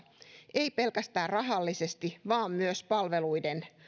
ei pelkästään rahallisesti vaan myös palveluiden